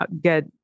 get